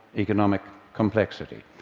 economic complexity.